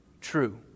true